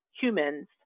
humans